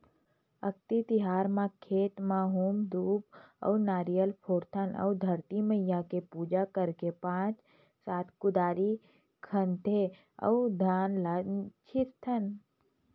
अक्ती तिहार म खेत म हूम धूप अउ नरियर फोड़थन अउ धरती मईया के पूजा करके पाँच सात कुदरी खनथे अउ धान ल छितथन